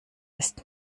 ist